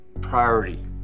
priority